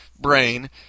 brain